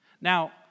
Now